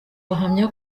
bahamya